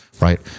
right